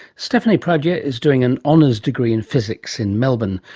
stephanie pradier is doing an honours degree in physics in melbourne.